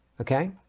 Okay